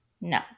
No